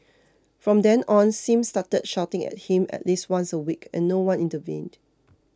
from then on Sim started shouting at him at least once a week and no one intervened